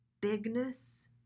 bigness